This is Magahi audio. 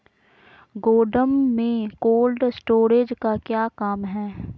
गोडम में कोल्ड स्टोरेज का क्या काम है?